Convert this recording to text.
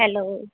hello